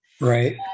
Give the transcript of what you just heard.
right